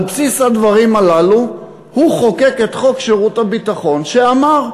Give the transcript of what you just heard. על בסיס הדברים הללו הוא חוקק את חוק שירות ביטחון שאמר: